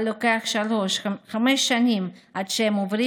אבל לוקח שלוש חמש שנים עד שהם עוברים